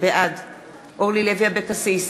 בעד אורלי לוי אבקסיס,